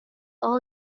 all